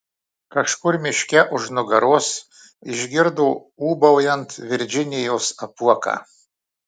kažkur miške už nugaros išgirdo ūbaujant virdžinijos apuoką